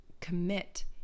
commit